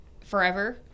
forever